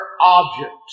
object